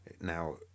now